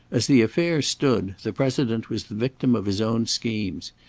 as the affair stood, the president was the victim of his own schemes.